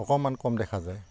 অকণমান কম দেখা যায়